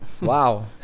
Wow